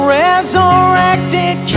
resurrected